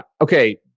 Okay